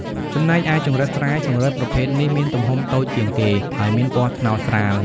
ចំណែកឯចង្រិតស្រែ ចង្រិតប្រភេទនេះមានទំហំតូចជាងគេ ហើយមានពណ៌ត្នោតស្រាល។